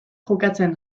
jokatzen